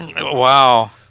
wow